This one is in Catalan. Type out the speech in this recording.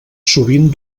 sovint